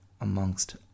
amongst